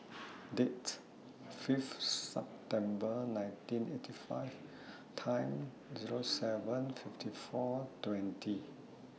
Date Fifth September nineteen eighty five Time Zero seven fifty four twenty